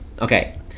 Okay